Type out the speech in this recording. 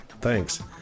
thanks